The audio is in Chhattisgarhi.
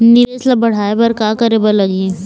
निवेश ला बड़हाए बर का करे बर लगही?